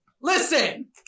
Listen